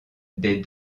des